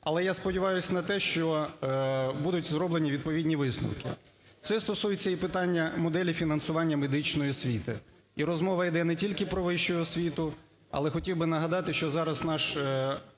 але я сподіваюсь на те, що будуть зроблені відповідні висновки. Це стосується і питання моделі фінансування медичної освіти. І розмова іде не тільки про вищу освіту, але хотів би нагадати, що зараз